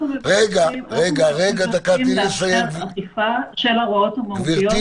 אנחנו מבקשים --- לאפשר אכיפה של ההוראות המהותיות